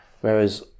Whereas